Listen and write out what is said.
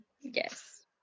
yes